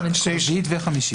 רביעית וחמישית.